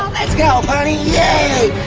let's go pony. yea.